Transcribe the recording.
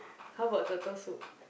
how about turtle soup